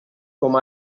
com